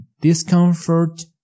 discomfort